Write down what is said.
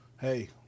hey